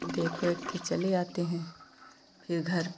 देख वेख के चले आते हैं फिर घर फिर घर